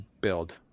build